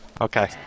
okay